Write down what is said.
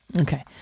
Okay